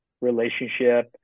relationship